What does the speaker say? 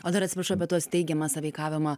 o dar atsiprašau bet tuos teigiamą sąveikavimą